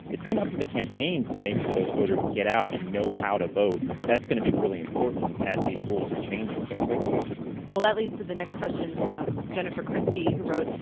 it's been up to the campaigns to make sure those voters get out and know how to vote. that's going to be really important as these rules are changing so quickly well, that leads to the next question from jennifer christy, who wrote,